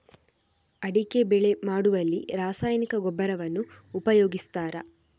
ಅಡಿಕೆ ಬೆಳೆ ಮಾಡುವಲ್ಲಿ ರಾಸಾಯನಿಕ ಗೊಬ್ಬರವನ್ನು ಉಪಯೋಗಿಸ್ತಾರ?